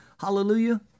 Hallelujah